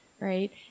right